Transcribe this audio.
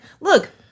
look